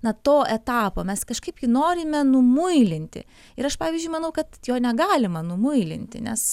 na to etapo mes kažkaip jį norime numuilinti ir aš pavyzdžiui manau kad jo negalima numuilinti nes